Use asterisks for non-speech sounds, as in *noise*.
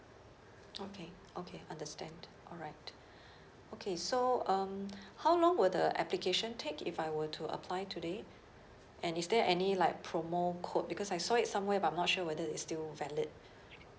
okay okay understand alright *breath* okay so um *breath* how long will the application take if I were to apply today and is there any like promo code because I saw it somewhere but I'm not sure whether it's still valid